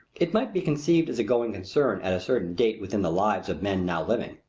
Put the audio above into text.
it might be conceived as a going concern at a certain date within the lives of men now living,